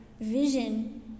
vision